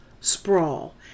sprawl